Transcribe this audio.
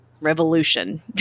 revolution